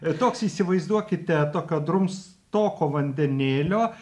toks įsivaizduokite tokio drumstoko vandenėlio